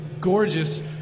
gorgeous